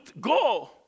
go